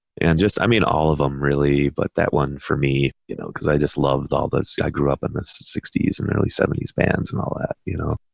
and just, i mean all of them really. but that one for me, you know, cause i just loved all this. i grew up in the sixty s and early seventies bands and all that, you know,